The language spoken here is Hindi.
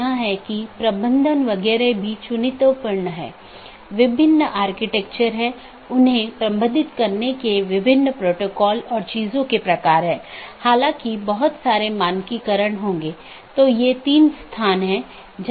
इसलिए पथ का वर्णन करने और उसका मूल्यांकन करने के लिए कई पथ विशेषताओं का उपयोग किया जाता है और राउटिंग कि जानकारी तथा पथ विशेषताएं साथियों के साथ आदान प्रदान करते हैं इसलिए जब कोई BGP राउटर किसी मार्ग की सलाह देता है तो वह मार्ग विशेषताओं को किसी सहकर्मी को विज्ञापन देने से पहले संशोधित करता है